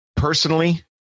Personally